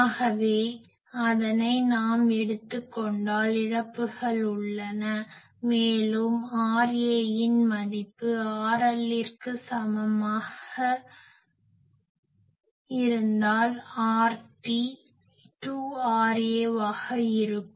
ஆகவே அதனை நாம் எடுத்துக் கொண்டால் இழப்புகள் உள்ளன மேலும் RA இன் மதிப்பு RL ற்கு சம்மாக இருந்தால் RT 2 RAவாக இருக்கும்